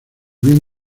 bien